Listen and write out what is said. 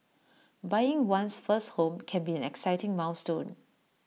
buying one's first home can be an exciting milestone